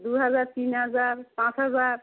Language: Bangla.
দু হাজার তিন হাজার পাঁচ হাজার